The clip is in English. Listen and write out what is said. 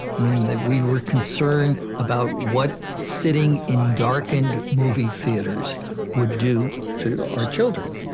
i mean, we were concerned about what sitting in darkened movie theaters would do to our children.